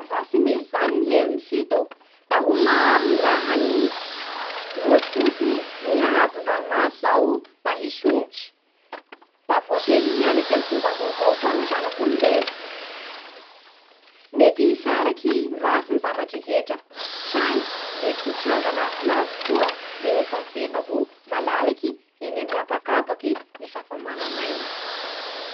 Raha tsy misy zany ny hery misintô da ho maro ny raha hanidy. Ohatsy fotsiny ny ahavo-dranomasy zao da hisonjotsy. Da voatery hianatsy amin'ny fomba vaovao koa ny zanak'olombelo. Mety hisaraky, ratsy ny zavadrehetra, saingy mety tranga mahafinaritsy koa rehefa miverina malalaky eny amin'ny habakabaky ny zava-manan'iaina.